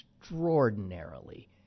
extraordinarily